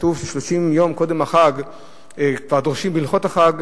וכתוב ש-30 יום קודם החג כבר דורשים בהלכות החג,